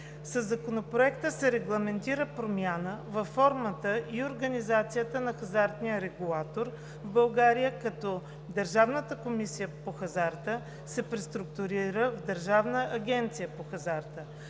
Със Законопроекта се регламентира промяна във формата и организацията на хазартния регулатор в България, като Държавната комисия по хазарта се преструктурира в Държавна агенция по хазарта.